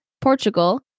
Portugal